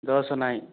ଦଶ ନାଇଁ